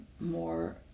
more